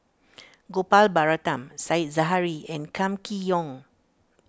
Gopal Baratham Said Zahari and Kam Kee Yong